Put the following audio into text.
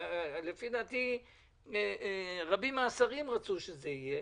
ולפי דעתי רבים מן השרים רצו שזה יהיה,